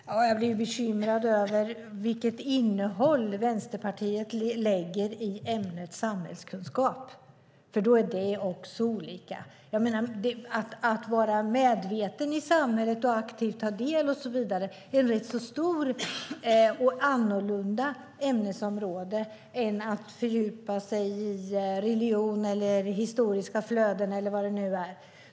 Fru talman! Jag blir bekymrad över vilket innehåll Vänsterpartiet lägger i ämnet samhällskunskap. Det är också olika. Att vara medveten i samhället och aktivt ta del och så vidare är ett stort och annorlunda ämnesområde mot att fördjupa sig i religion eller historiska flöden eller vad det nu är.